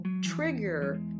trigger